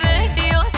Radio